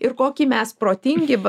ir koki mes protingi